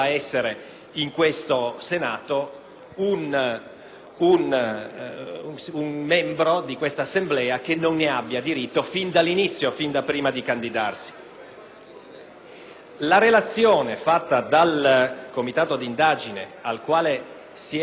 La relazione del Comitato inquirente, alla quale si è richiamato il senatore Augello